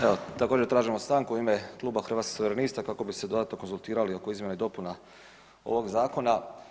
Evo, također tražimo stanku u ime Kluba Hrvatskih suverenista kako bismo se dodatno konzultirali oko izmjena i dopuna ovog zakona.